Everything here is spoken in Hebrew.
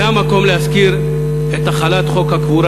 זה המקום להזכיר את החלת חוק הקבורה